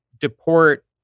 deport